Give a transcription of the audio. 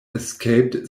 escaped